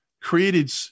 created